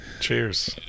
Cheers